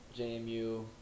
JMU